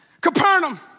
Capernaum